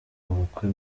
ubukwe